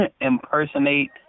impersonate